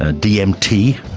ah dmt,